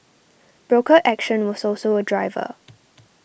broker action was also a driver